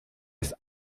ist